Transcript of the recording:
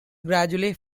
gradually